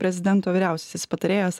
prezidento vyriausiasis patarėjas